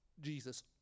Jesus